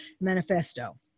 manifesto